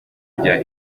rya